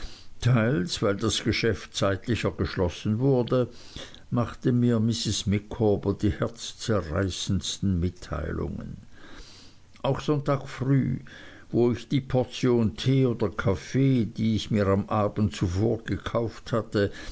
teils weil das geschäft zeitlicher geschlossen wurde machte mir mrs micawber die herzzerreißendsten mitteilungen auch sonntag früh wo ich die portion tee oder kaffee die ich mir am abend zuvor gekauft hatte